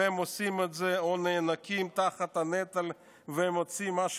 והם עושים את זה או נאנקים תחת הנטל ועושים מה שצריך.